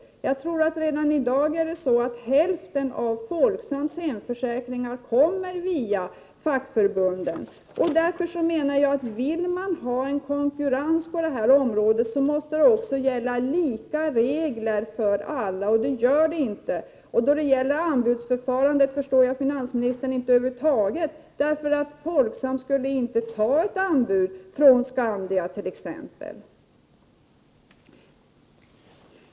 Jag tror att hälften av Folksams hemförsäkringar redan i dag kommer via fackförbunden. Därför menar jag att om man vill ha konkurrens på detta område måste också lika regler gälla för alla. Det gör det inte. Då det gäller anbudsförfarandet förstår jag över huvud taget inte finansministern. Folksam skulle nämligen inte ta ett anbud från t.ex. Skandia.